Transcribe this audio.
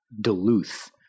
Duluth